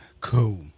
Cool